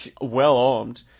well-armed